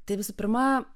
tai visų pirma